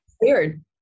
Weird